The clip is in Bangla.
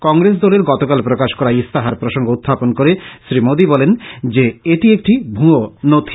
কংগ্রেস দলের গতকাল প্রকাশ করা ইস্তাহার প্রসঙ্গ উখাপন করে শ্রী মোদী বলেন যে এটি একটি ভয় নথি